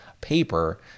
paper